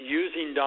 using